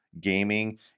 gaming